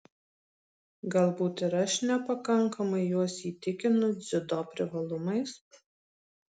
galbūt ir aš nepakankamai juos įtikinu dziudo privalumais